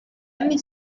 anni